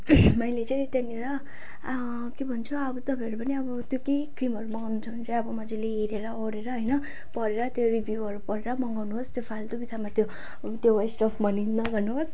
मैले चाहिँ त्यहाँनेर के भन्छ अब तपाईँहरू पनि अब त्यो केही क्रिमहरू मगाउनु छ भने चाहिँ अब मजाले हेरेर ओरेर होइन पढेर त्यो रिभ्युहरू पढेर मगाउनु होस् त्यो फाल्तु बित्थामा त्यो त्यो वेस्ट अब् मनी नगर्नु होस्